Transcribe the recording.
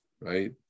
right